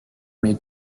made